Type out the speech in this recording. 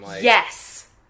Yes